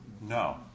No